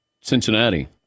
Cincinnati